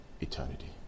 eternity